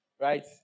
right